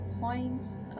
points